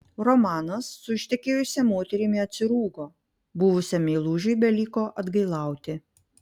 romanas su ištekėjusia moterimi atsirūgo buvusiam meilužiui beliko atgailauti